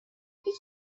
هیچ